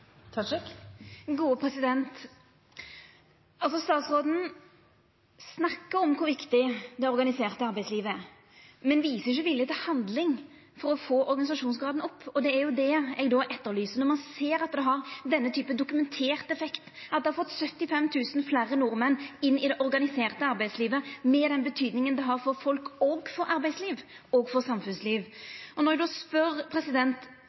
Statsråden snakkar om kor viktig det organiserte arbeidslivet er, men viser ikkje vilje til handling for å få organisasjonsgraden opp, og det er det eg etterlyser når ein ser at det har den typen dokumentert effekt at det har fått 75 000 fleire nordmenn inn i det organiserte arbeidslivet, med den betydninga det har for folk, arbeidsliv og samfunnsliv. Og når eg spør